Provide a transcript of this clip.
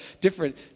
different